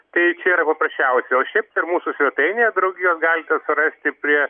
tai čia yra paprasčiausia o šiaip per mūsų svetainę draugijos galite surasti prie